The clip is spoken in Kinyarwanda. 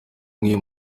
nk’iyo